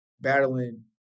battling